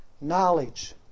Knowledge